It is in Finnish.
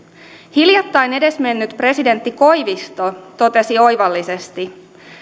hiljattain edesmennyt presidentti koivisto totesi oivallisesti